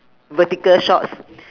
vertical shorts